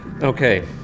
Okay